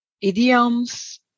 idioms